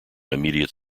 immediate